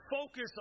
focus